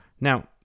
Now